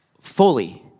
fully